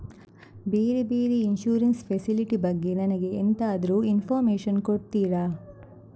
ಬೇರೆ ಬೇರೆ insurance facility ಬಗ್ಗೆ ನನಗೆ ಎಂತಾದ್ರೂ ಇನ್ಫೋರ್ಮೇಷನ್ ಕೊಡ್ತೀರಾ?